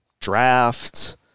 draft